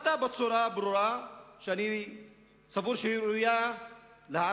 אתה, בצורה ברורה, שאני סבור שהיא ראויה להערכה,